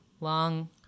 long